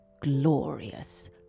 glorious